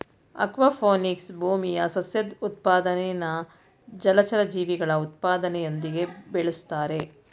aquaponics ಭೂಮಿಯ ಸಸ್ಯದ್ ಉತ್ಪಾದನೆನಾ ಜಲಚರ ಜೀವಿಗಳ ಉತ್ಪಾದನೆಯೊಂದಿಗೆ ಬೆಳುಸ್ತಾರೆ